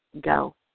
go